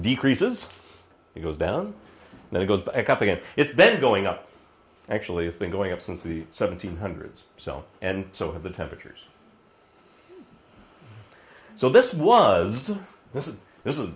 decreases it goes down then it goes back up again it's been going up and actually it's been going up since the seventy's hundreds so and so of the temperatures so this was this is this is